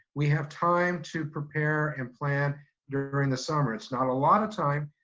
we have time to prepare and plan during the summer. it's not a lot of time,